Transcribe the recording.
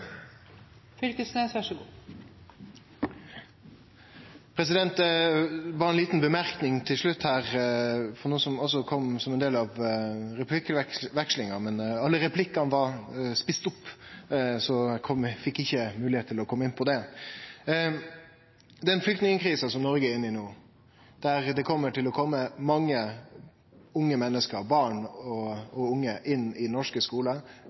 ein liten kommentar til slutt til noko som også kom opp som ein del av replikkvekslinga – alle replikkane var etne opp, så eg fekk ikkje moglegheit til å kome inn på det. Den flyktningkrisa som Noreg er inne i no, der det etter kvart kjem til å kome mange unge menneske, barn og unge, inn i norske